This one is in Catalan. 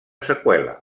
seqüela